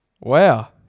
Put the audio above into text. wow